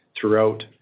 throughout